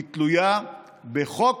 היא תלויה בחוק,